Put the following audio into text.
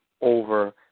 over